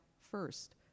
first